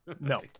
No